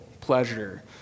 pleasure